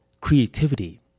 Creativity